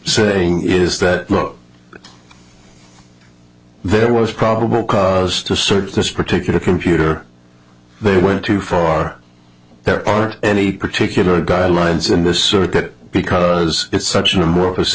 saying is that there was probable cause to search this particular computer they went too far there aren't any particular guidelines in this circuit because it's such an amorphous